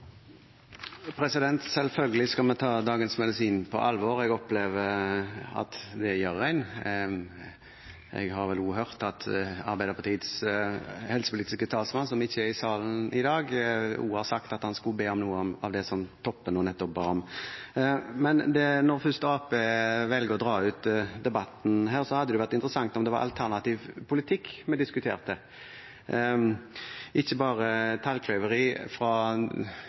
skal vi ta Dagens Medisin på alvor. Jeg opplever at en gjør det. Jeg har vel også hørt at Arbeiderpartiets helsepolitiske talsmann, som ikke er i salen i dag, også har sagt at han skal be om noe av det som Toppe nå nettopp ba om. Men når Arbeiderpartiet først velger å dra ut debatten her, hadde det vært interessant om det var alternativ politikk vi diskuterte,